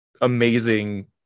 amazing